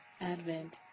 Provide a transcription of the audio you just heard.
Advent